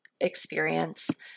experience